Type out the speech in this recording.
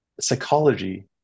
psychology